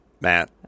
Matt